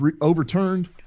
overturned